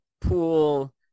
pool